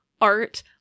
art